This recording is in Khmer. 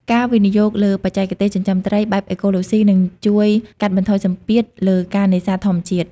ការវិនិយោគលើ បច្ចេកទេសចិញ្ចឹមត្រី បែបអេកូឡូស៊ីនឹងជួយកាត់បន្ថយសម្ពាធលើការនេសាទធម្មជាតិ។